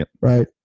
right